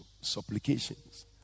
supplications